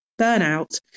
burnout